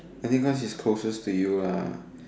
I think quite is closest to you ah